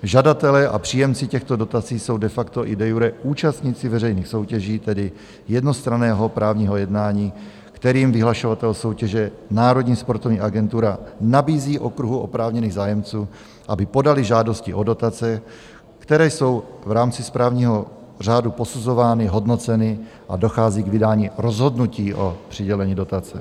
Žadatelé a příjemci těchto dotací jsou de facto i de iure účastníci veřejných soutěží, tedy jednostranného právního jednání, kterým vyhlašovatel soutěže Národních sportovních agentur nabízí okruhu oprávněných zájemců, aby podali žádosti o dotace, které jsou v rámci správního řádu posuzovány, hodnoceny a dochází k vydání rozhodnutí o přidělení dotace.